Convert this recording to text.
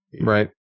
Right